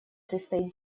предстоит